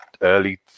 early